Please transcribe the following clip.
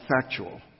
factual